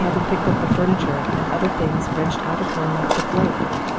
and having picked up the furniture, and other things wrenched out of her and left to float.